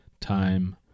time